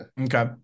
Okay